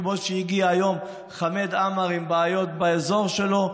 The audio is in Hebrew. כמו שהגיע היום חמד עמאר עם בעיות באזור שלו.